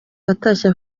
watashye